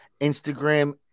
Instagram